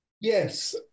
Yes